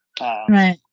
right